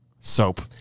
soap